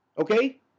Okay